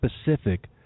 specific